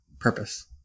purpose